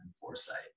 foresight